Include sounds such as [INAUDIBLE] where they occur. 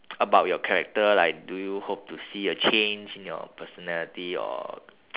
[NOISE] about your character like do you hope to see a change in your personality or [NOISE]